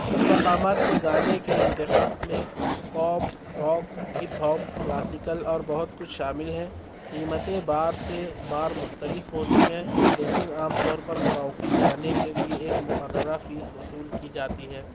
ان مقامات میں گانے کے انتخاف میں pop rock hip hop classical اور بہت کچھ شامل ہے قیمتیں بار سے بار مختلف ہوتی ہیں لیکن عام طور پر کراوکی گانے کے لیے ایک مقررہ فیس وصول کی جاتی ہے